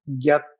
get